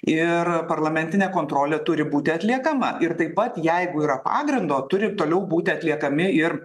ir parlamentinė kontrolė turi būti atliekama ir taip pat jeigu yra pagrindo turi toliau būti atliekami ir